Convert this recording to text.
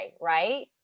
right